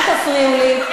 אל תפריעו לי.